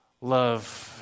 love